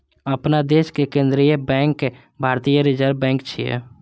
अपना देशक केंद्रीय बैंक भारतीय रिजर्व बैंक छियै